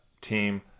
team